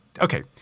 okay